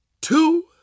two